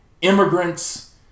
immigrants